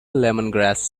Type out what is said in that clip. lemongrass